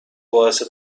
باعث